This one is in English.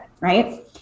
right